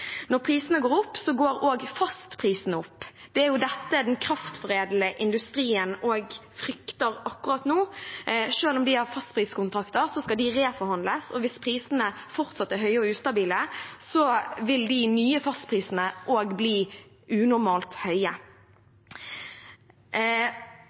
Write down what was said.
Når prisene går opp, går også fastprisen opp. Det er dette den kraftforedlende industrien også frykter akkurat nå. Selv om de har fastpriskontrakter, skal de reforhandles, og hvis prisene fortsatt er høye og ustabile, vil de nye fastprisene også bli unormalt høye.